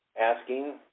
asking